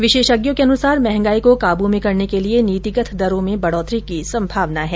विशेषज्ञों के अनुसार महंगाई को काबू में करने के लिये नीतिगत दरों में बढ़ोतरी की संभावना है